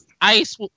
Ice